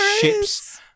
ships